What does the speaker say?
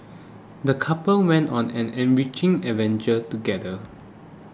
the couple went on an enriching adventure together